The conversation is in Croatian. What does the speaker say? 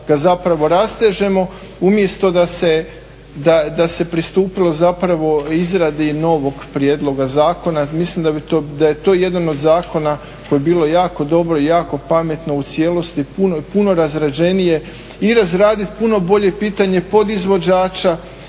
ga zapravo rastežemo umjesto da se, da se pristupilo zapravo izradi novog prijedloga zakona. Mislim da bi to bilo, da je to jedan od zakona koji bi bilo jako dobro i jako pametno u cijelosti i puno razrađenije i razradit puno bolje pitanje pod izvođača,